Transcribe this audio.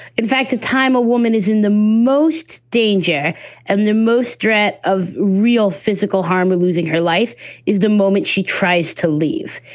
in fact, the time a woman is in the most danger and the most threat of real physical harm or losing her life is the moment she tries to leave.